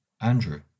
Andrew